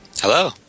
Hello